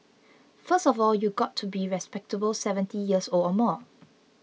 first of all you've got to be respectable seventy years old or more